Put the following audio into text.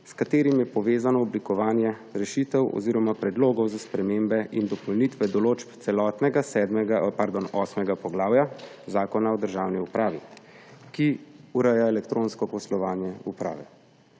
s katerimi je povezano oblikovanje rešitev oziroma predlogov za spremembe in dopolnitve določb celotnega osmega poglavja Zakona o državni upravi, ki ureja elektronsko poslovanje uprave.